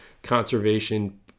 conservation